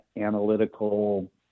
analytical